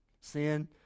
sin